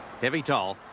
heavy toll,